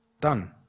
Done